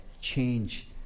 change